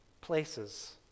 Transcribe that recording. places